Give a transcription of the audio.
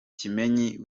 kimenyi